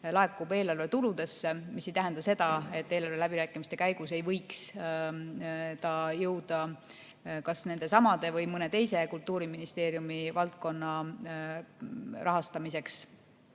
laekub eelarve tuludesse, mis ei tähenda seda, et eelarveläbirääkimiste käigus ei võiks see jõuda kas nendesamade [valdkondade] või mõne teise Kultuuriministeeriumi valdkonna rahastamise